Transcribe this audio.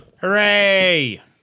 Hooray